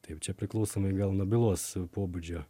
taip čia priklausomai gal nuo bylos pobūdžio